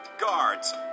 Guards